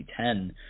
2010